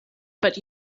but